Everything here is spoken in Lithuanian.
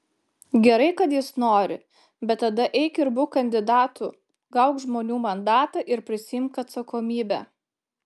gerai kad jis nori bet tada eik ir būk kandidatu gauk žmonių mandatą ir prisiimk atsakomybę